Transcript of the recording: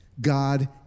God